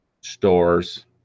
stores